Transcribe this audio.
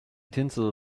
tinsel